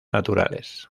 naturales